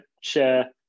share